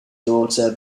daughter